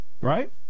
Right